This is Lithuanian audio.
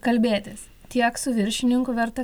kalbėtis tiek su viršininku verta